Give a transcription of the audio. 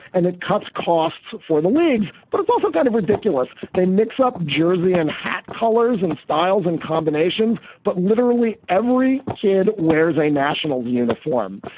and it cuts costs for the leagues. but it's also kind of ridiculous. they mix up jersey and hat colors and styles and common. nations, but literally every kid wears a nationals uniform.